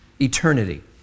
eternity